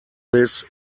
this